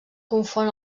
confon